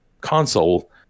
console